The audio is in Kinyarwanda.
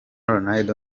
ronaldo